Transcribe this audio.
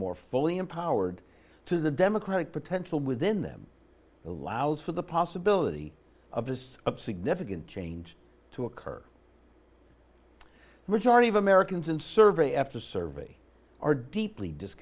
more fully empowered to the democratic potential within them allows for the possibility of this up significant change to occur majority of americans in survey after survey are deeply disc